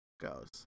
goes